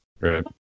Right